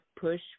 push